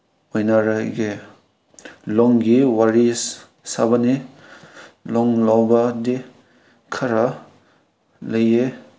ꯍꯣꯏꯅꯔꯒꯦ ꯂꯣꯟꯒꯤ ꯋꯥꯔꯤ ꯁꯥꯕꯅꯦ ꯂꯣꯟ ꯂꯧꯕꯗꯤ ꯈꯔ ꯂꯩꯌꯦ